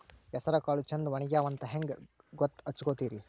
ಹೆಸರಕಾಳು ಛಂದ ಒಣಗ್ಯಾವಂತ ಹಂಗ ಗೂತ್ತ ಹಚಗೊತಿರಿ?